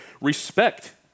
respect